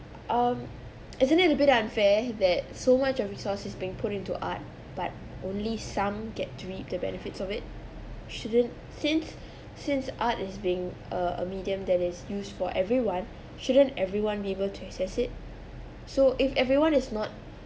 um isn't it a bit unfair that so much of resources being put into art but only some get to reap the benefits of it shouldn't since since art is being a a medium that is used for everyone shouldn't everyone be able to assess it so if everyone is not